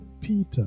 Peter